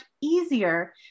easier